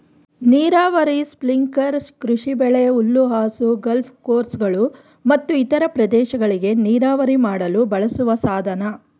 ನೀರಾವರಿ ಸ್ಪ್ರಿಂಕ್ಲರ್ ಕೃಷಿಬೆಳೆ ಹುಲ್ಲುಹಾಸು ಗಾಲ್ಫ್ ಕೋರ್ಸ್ಗಳು ಮತ್ತು ಇತರ ಪ್ರದೇಶಗಳಿಗೆ ನೀರಾವರಿ ಮಾಡಲು ಬಳಸುವ ಸಾಧನ